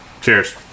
Cheers